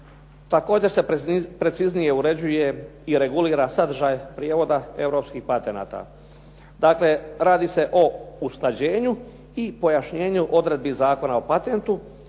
Također se preciznije uređuje i regulira sadržaj prijevoda europskih patenata, dakle, radi se o usklađenju i pojašnjenju odredbi Zakona o patentu